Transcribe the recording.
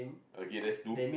okay that's two